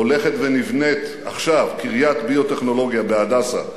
הולכת ונבנית עכשיו קריית ביו-טכנולוגיה ב"הדסה",